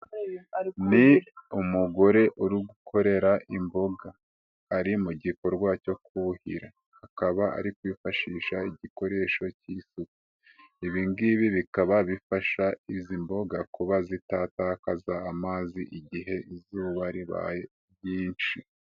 Ni umugore uri gukorera imboga, ari mu gikorwa cyo kuhira, akaba ari kwifashisha igikoreshocy'isuka, ibi ngibi bikaba bifasha izi mboga kuba zitatakaza amazi igihe izuba ribaye ryinshi.